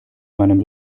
meinem